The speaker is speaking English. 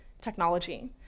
technology